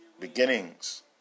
beginnings